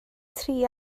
tri